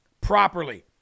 properly